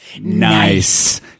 nice